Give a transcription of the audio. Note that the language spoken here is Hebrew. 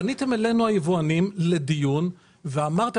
פניתם אלינו היבואנים לדיון ואמרתם,